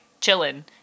chilling